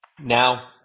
Now